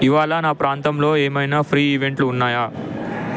ఇవాళ నా ప్రాంతంలో ఏమైనా ఫ్రీ ఈవెంట్లు ఉన్నాయా